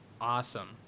Awesome